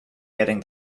getting